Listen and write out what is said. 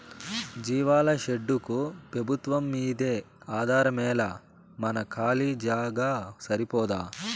జీవాల షెడ్డుకు పెబుత్వంమ్మీదే ఆధారమేలా మన కాలీ జాగా సరిపోదూ